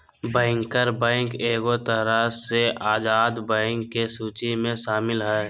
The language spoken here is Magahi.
बैंकर बैंक एगो तरह से आजाद बैंक के सूची मे शामिल हय